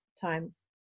times